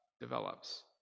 develops